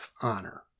honor